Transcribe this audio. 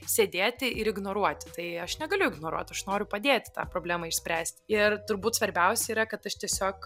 sėdėti ir ignoruoti tai aš negaliu ignoruot aš noriu padėti tą problemą išspręsti ir turbūt svarbiausia yra kad aš tiesiog